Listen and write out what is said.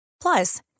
Plus